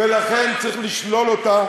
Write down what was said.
ולכן לא צריך את המשפחה, צריך את הרועה.